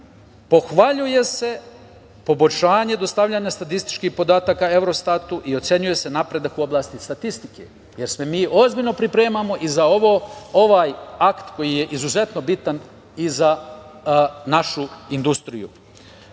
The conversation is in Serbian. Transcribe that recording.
pohvaljuje se poboljšanja dostavljanja statističkih podataka Eurostatu i ocenjuje se napredak u oblasti statistike, jer se mi ozbiljno pripremamo i za ovaj akt koji je izuzetno bitan i za našu industriju. Naravno,